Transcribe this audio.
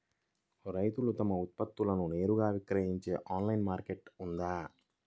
రైతులు తమ ఉత్పత్తులను నేరుగా విక్రయించే ఆన్లైను మార్కెట్ ఉందా?